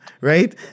Right